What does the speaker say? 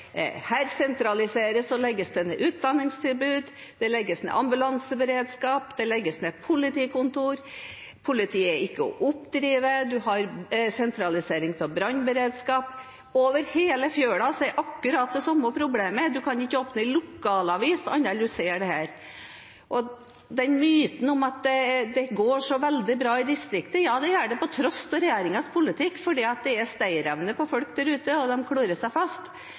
– det legges ned utdanningstilbud, det legges ned ambulanseberedskap, det legges ned politikontor, politiet er ikke å oppdrive, det er sentralisering av brannberedskap. Over hele fjøla ser jeg akkurat det samme problemet. Man kan ikke åpne en lokalavis uten å se det. Myten er at det går så veldig bra i distriktet. Ja, det gjør det, på tross av regjeringens politikk, fordi det er stayerevne hos folk der ute, og de klorer seg fast.